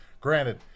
Granted